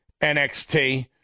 NXT